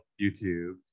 YouTube